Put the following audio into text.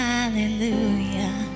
Hallelujah